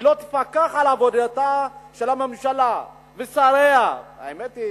לא תפקח על עבודתה של הממשלה ושריה האמת היא